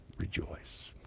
Rejoice